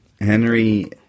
Henry